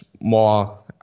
more